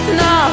no